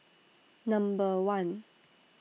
Number one